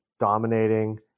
dominating